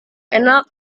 enak